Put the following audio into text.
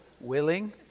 willing